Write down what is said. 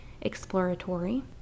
exploratory